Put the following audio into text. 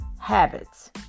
habits